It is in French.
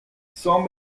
sans